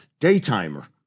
Daytimer